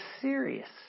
serious